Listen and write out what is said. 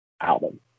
album